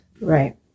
Right